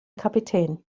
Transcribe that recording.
kapitän